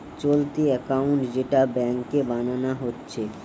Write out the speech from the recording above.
চলতি একাউন্ট যেটা ব্যাংকে বানানা হচ্ছে